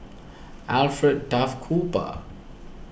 Alfred Duff Cooper